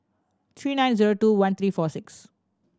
three nine zero two one three four six